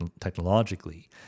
technologically